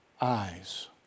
eyes